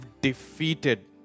defeated